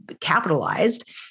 capitalized